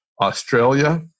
Australia